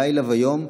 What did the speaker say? לילה ויום,